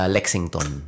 Lexington